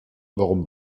warum